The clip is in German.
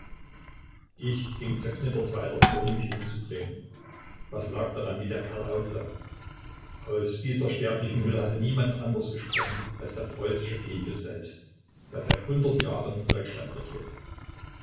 ich ging zerknittert weiter ohne mich umzudrehen was lag daran wie der kerl aussah aus dieser sterblichen hülle hatte niemand anders gesprochen als der preußische genius selbst der seit hundert jahren deutschland regiert